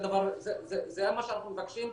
זה מה שאנחנו מבקשים,